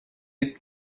اسم